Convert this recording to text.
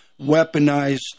weaponized